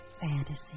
Fantasy